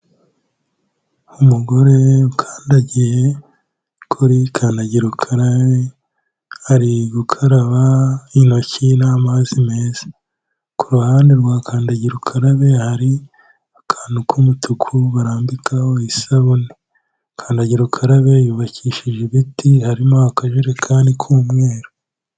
Umugore ukandagiye kuri kandagira ukarabe ari gukaraba intoki n'amazi meza, ku ruhande rwa kandagira ukarabe hari akantu k'umutuku barambikaho isabune, kandagira ukarabe yubakishije ibiti harimo akajerekani k'umweru.